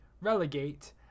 relegate